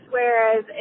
Whereas